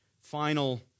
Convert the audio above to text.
final